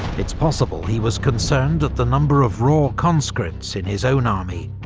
it's possible he was concerned at the number of raw conscripts in his own army,